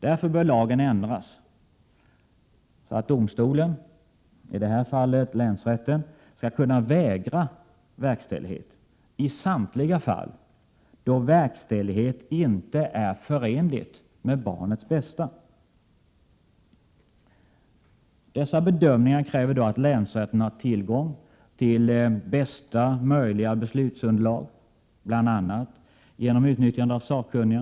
Därför bör lagen ändras så att domstolen, i detta fall länsrätten, skall kunna vägra verkställighet i samtliga fall då verkställighet inte är förenligt med barnens bästa. Dessa bedömningar kräver då att länsrätten har tillgång Prot. 1987/88:124 till bästa möjliga beslutsunderlag, bl.a. genom utnyttjande av sakkunniga.